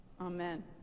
amen